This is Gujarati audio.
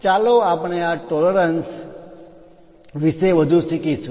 ચાલો આપણે આ ટોલરન્સ પરિમાણ માં માન્ય તફાવત વિશે વધુ શીખીશું